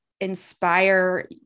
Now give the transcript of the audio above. inspire